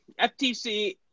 FTC